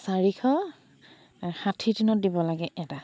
চাৰিশ ষাঠি দিনত দিব লাগে এটা